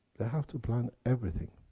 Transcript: they have to plan everything.